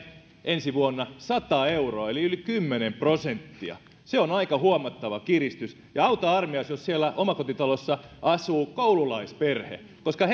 ensi vuonna sata euroa eli yli kymmenen prosenttia se on aika huomattava kiristys ja auta armias jos siellä omakotitalossa asuu koululaisperhe koska